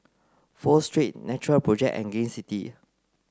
Pho Street Natural project and Gain City